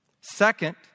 Second